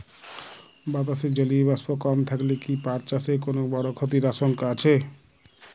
বাতাসে জলীয় বাষ্প কম থাকলে কি পাট চাষে কোনো বড় ক্ষতির আশঙ্কা আছে?